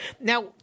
Now